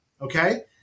okay